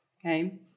Okay